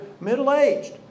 middle-aged